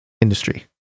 industry